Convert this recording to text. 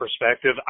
perspective